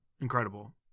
Incredible